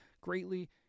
Greatly